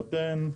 נותן.